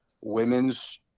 women's